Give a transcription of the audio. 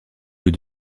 plus